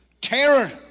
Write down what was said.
terror